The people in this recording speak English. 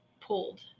pulled